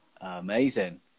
Amazing